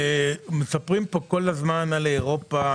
מספרים פה כל הזמן על אירופה,